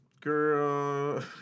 Girl